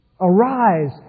Arise